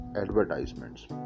Advertisements